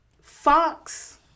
Fox